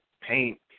paint